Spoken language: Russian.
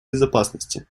безопасности